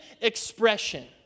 expression